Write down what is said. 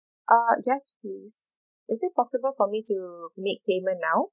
uh yes please is it possible for me to make payment now